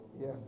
Yes